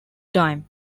time